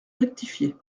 rectifié